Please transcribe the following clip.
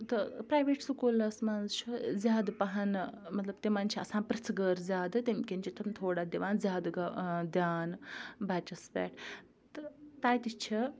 تہٕ پرٛایویٹ سکوٗلَس منٛز چھُ زیادٕ پَہَم مطلب تِمَن چھِ آسان پِرٛژھٕ غٲر زیادٕ تمہِ کِنۍ چھِ تِم تھوڑا دِوان زیادٕ دھیان بَچَس پٮ۪ٹھ تہٕ تَتہِ چھِ